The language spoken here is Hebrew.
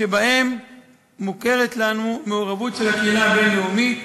שבהם מוכרת לנו מעורבות של הקהילה הבין-לאומית,